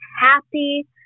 happy